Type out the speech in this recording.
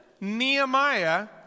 Nehemiah